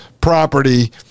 property